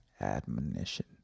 admonition